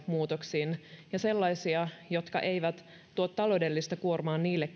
muutoksiin ja sellaisia jotka eivät tuo taloudellista kuormaa niille